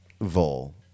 Vol